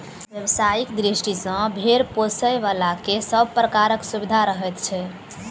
व्यवसायिक दृष्टि सॅ भेंड़ पोसयबला के सभ प्रकारक सुविधा रहैत छै